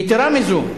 יתירה מזו,